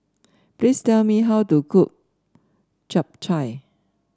please tell me how to cook Chap Chai